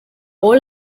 all